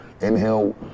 inhale